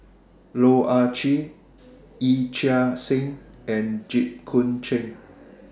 Loh Ah Chee Yee Chia Hsing and Jit Koon Ch'ng